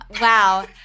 Wow